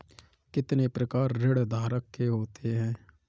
कितने प्रकार ऋणधारक के होते हैं?